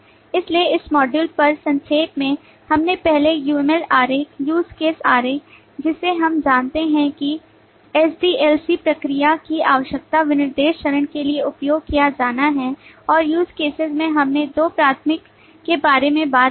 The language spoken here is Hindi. इसलिए इस मॉड्यूल पर संक्षेप में हमने पहले uml आरेख use case आरेख जिसे हम जानते हैं कि एसडीएलसी प्रक्रिया की आवश्यकता विनिर्देश चरण के लिए उपयोग किया जाना है और use cases में हमने 2 प्राथमिक के बारे में बात की है